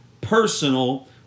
personal